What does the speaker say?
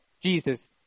Jesus